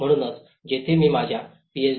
म्हणूनच येथे मी माझा पीएचडीPh